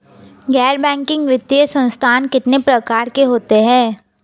गैर बैंकिंग वित्तीय संस्थान कितने प्रकार के होते हैं?